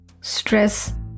Stress